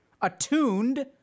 attuned